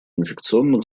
инфекционных